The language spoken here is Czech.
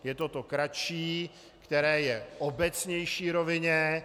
Je to to kratší, které je v obecnější rovině.